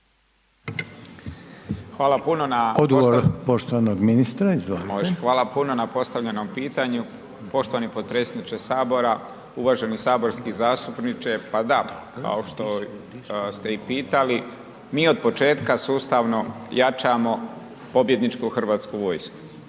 Hvala puno na postavljenom pitanju. Poštovani potpredsjedniče Sabora, uvaženi saborski zastupniče. Pa da, kao što ste i pitali mi od početka sustavno jačamo pobjedničku Hrvatsku vojsku,